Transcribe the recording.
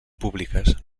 públiques